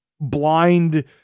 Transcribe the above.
blind